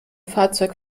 fahrzeug